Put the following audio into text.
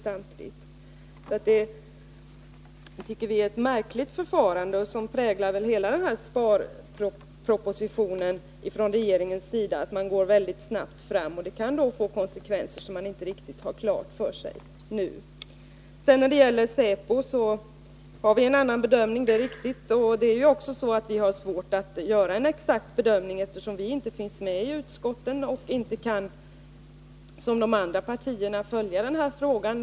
Vi tycker att detta är ett märkligt Tisdagen den förfarande, som präglar hela denna sparproposition från regeringens sida. 9 december 1980 Man går mycket snabbt fram, och det kan få konsekvenser som man nu inte har riktigt klara för sig. Besparingar i När det sedan gäller säpo är det riktigt att vi gör en annan bedömning än statsverksamheten, utskottet. Vi har naturligtvis också svårt att göra en exakt bedömning, mm.m. eftersom vi inte är representerade i utskottet och inte som de andra partierna kan följa denna fråga.